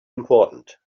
important